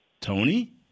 Tony